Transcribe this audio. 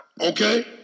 Okay